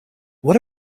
what